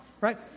right